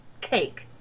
cake